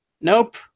nope